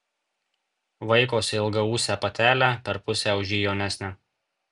vaikosi ilgaūsę patelę per pusę už jį jaunesnę